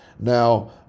Now